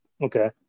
Okay